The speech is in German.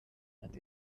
einer